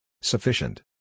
Sufficient